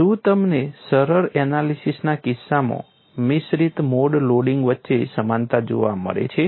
શું તમને સરળ એનાલિસીસના કિસ્સામાં મિશ્રિત મોડ લોડિંગ વચ્ચે સમાનતા જોવા મળે છે